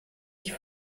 ich